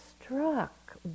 struck